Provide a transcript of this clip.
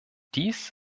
dies